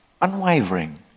unwavering